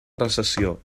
recessió